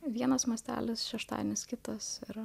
vienas mastelis šeštadienis kitas ir